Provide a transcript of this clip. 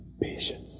patience